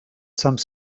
some